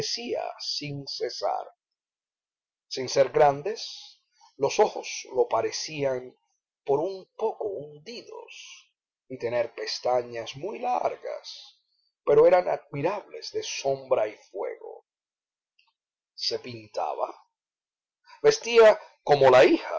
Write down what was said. sin cesar sin ser grandes los ojos lo parecían por un poco hundidos y tener pestañas muy largas pero eran admirables de sombra y fuego se pintaba vestía como la hija